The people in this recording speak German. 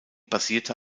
basierte